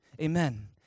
Amen